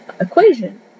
equation